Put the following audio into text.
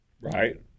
Right